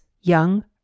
young